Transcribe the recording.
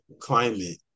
climate